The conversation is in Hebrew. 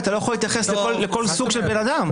אתה לא יכול להתייחס לכל סוג של בן אדם.